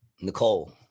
Nicole